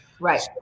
Right